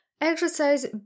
Exercise